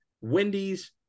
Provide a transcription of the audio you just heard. Wendy's